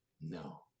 No